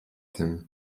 tym